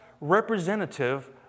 representative